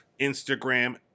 Instagram